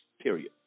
period